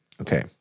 Okay